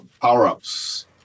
power-ups